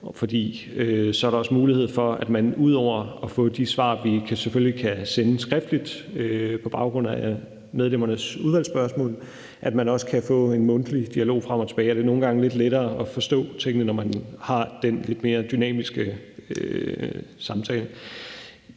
For så er der også mulighed for, at man ud over at få de svar, vi selvfølgelig kan sende skriftligt på baggrund af medlemmernes udvalgsspørgsmål, også kan få en mundtlig dialog frem og tilbage. Og det er nogle gange lidt lettere at forstå tingene, når man har den lidt mere dynamiske samtale.